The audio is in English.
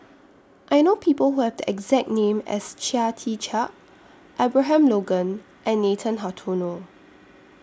I know People Who Have The exact name as Chia Tee Chiak Abraham Logan and Nathan Hartono